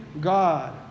God